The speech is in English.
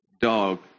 dog